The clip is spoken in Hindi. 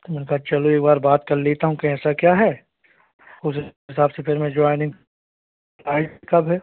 तो मैंने कहा चलो एक बार बात कर लेता हूँ कैसा क्या है उस हिसाब से फिर मैं ज्वॉइनिंग कब है